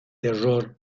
terror